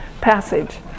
passage